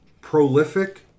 prolific